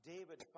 David